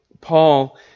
Paul